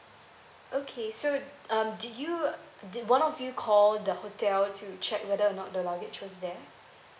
okay so um did you did one of you call the hotel to check whether or not the luggage was there